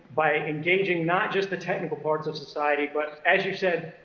by engaging not just the technical parts of society, but as you said,